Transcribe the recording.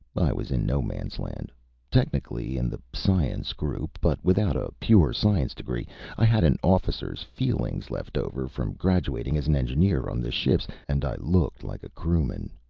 i was in no-man's land technically in the science group, but without a pure science degree i had an officer's feelings left over from graduating as an engineer on the ships and i looked like a crewman.